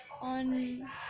on